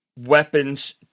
Weapons